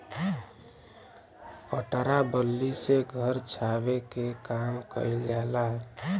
पटरा बल्ली से घर छावे के काम कइल जाला